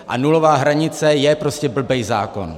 A nulová hranice je prostě blbej zákon!